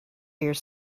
here